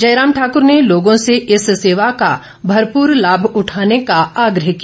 जयराम ठाकूर ने लोगों से इस सेवा का भरपूर लाभ उठाने का आग्रह किया